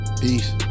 peace